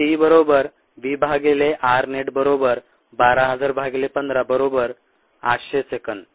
t V rnet 1200015 800 s or 13